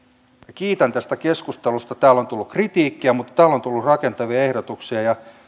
kiitän tästä keskustelusta täällä on tullut kritiikkiä mutta täällä on tullut rakentavia ehdotuksia ja